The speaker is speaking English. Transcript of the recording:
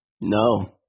no